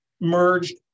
merged